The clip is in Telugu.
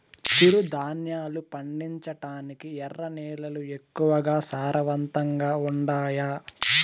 చిరుధాన్యాలు పండించటానికి ఎర్ర నేలలు ఎక్కువగా సారవంతంగా ఉండాయా